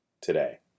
today